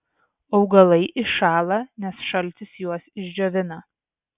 augalai iššąla nes šaltis juos išdžiovina